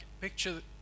picture